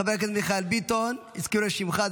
חבר הכנסת מיכאל ביטון, הזכירו את שמך.